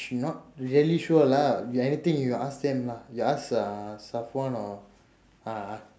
she not really sure lah if anything you ask them lah you ask uh or uh uh